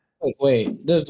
Wait